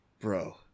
bro